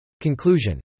Conclusion